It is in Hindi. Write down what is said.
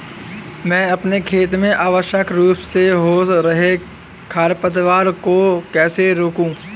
मैं अपने खेत में अनावश्यक रूप से हो रहे खरपतवार को कैसे रोकूं?